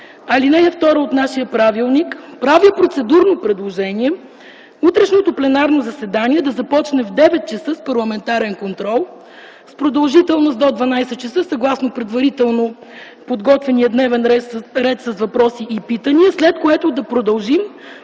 ал. 2 от нашия правилник правя процедурно предложение утрешното пленарно заседание да започне в 9,00 ч. с парламентарен контрол с продължителност до 12,00 ч., съгласно предварително подготвения дневен ред с въпроси и питания, след което да продължим